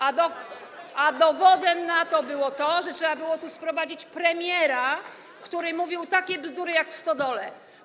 A dowodem na to było to, że trzeba było tu sprowadzić premiera, który mówił takie bzdury, jak w stodole.